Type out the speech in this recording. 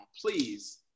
please